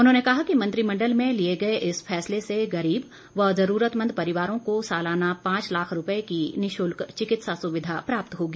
उन्होंने कहा कि मंत्रिमंडल में लिए गए इस फैसले से गरीब व जरूरतमंद परिवारों को सालाना पांच लाख रुपए की निशुल्क चिकित्सा सुविधा प्राप्त होगी